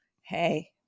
Hey